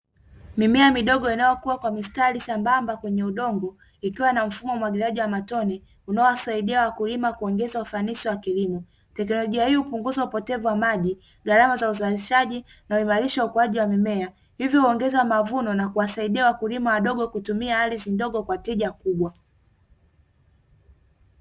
Mimea midogo inayokuwa kwa mistari sambamba kwenye udongo, ikiwa na mfumo umwagiliaji ya matone unaowasaidia wakulima kuongeza ufanisi wa kilimo. Teknolojia hiyo hupunguza upotevu wa maji, gharama za uzalishaji, na huimarisha ukuaji wa mimea, hivyo huongeza mavuno na kuwasaidia wakulima wadogo kutumia ardhi ndogo kwa tija kubwa.